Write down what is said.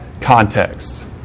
context